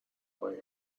قایم